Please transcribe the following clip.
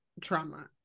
trauma